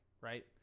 right